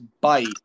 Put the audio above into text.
bite